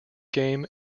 game